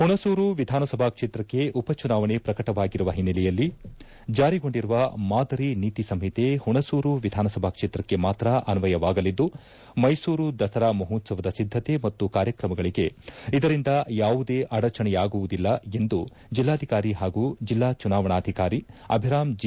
ಹುಣಸೂರು ವಿಧಾನಸಭಾ ಕ್ಷೇತ್ರಕ್ಕೆ ಉಪಚುನಾವಣೆ ಪ್ರಕಟವಾಗಿರುವ ಹಿನ್ನೆಲೆಯಲ್ಲಿ ಜಾರಿಗೊಂಡಿರುವ ಮಾದರಿ ನೀತಿ ಸಂಹಿತೆ ಹುಣಸೂರು ವಿಧಾನಸಭಾ ಕ್ಷೇತ್ರಕ್ಕೆ ಮಾತ್ರ ಅನ್ವಯವಾಗಲಿದ್ದು ಮೈಸೂರು ದಸರಾ ಮಹೋತ್ಸವದ ಸಿದ್ದತೆ ಮತ್ತು ಕಾರ್ಯಕ್ರಮಗಳಿಗೆ ಇದರಿಂದ ಯಾವುದೇ ಅಡಚಣೆಯಾಗುವುದಿಲ್ಲ ಎಂದು ಜಿಲ್ಲಾಧಿಕಾರಿ ಹಾಗೂ ಜಿಲ್ಲಾಚುನಾವಣಾಧಿಕಾರಿ ಅಭಿರಾಮ್ ಜಿ